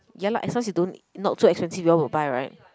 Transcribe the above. ya lah as long you don't not so expensive you all will buy right